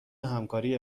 همکاری